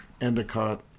Endicott